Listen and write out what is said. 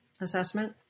assessment